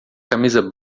camisa